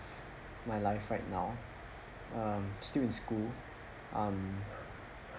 my life right now um still in school um